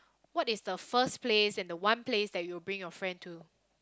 what is the first place and the one place that you'll bring your friend to